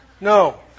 No